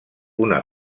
una